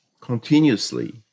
continuously